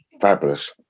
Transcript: fabulous